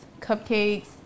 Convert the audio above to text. cupcakes